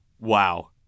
wow